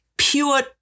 pure